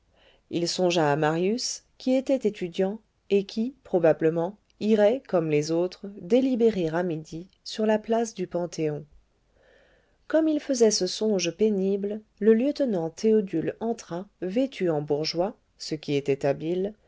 il songea à marius qui était étudiant et qui probablement irait comme les autres délibérer à midi sur la place du panthéon comme il faisait ce songe pénible le lieutenant théodule entra vêtu en bourgeois ce qui était